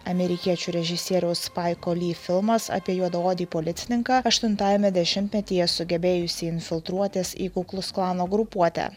amerikiečių režisieriaus spaiko lee filmas apie juodaodį policininką aštuntajame dešimtmetyje sugebėjusį infiltruotis į kukluksklano grupuotę